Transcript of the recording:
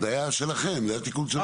זה היה שלכם, תיקון שלכם.